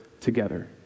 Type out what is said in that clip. together